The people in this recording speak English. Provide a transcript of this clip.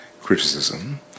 criticism